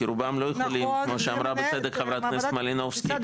כי רובם לא יכולים כמו שאמרה בצדק חברת הכנסת מלינובסקי,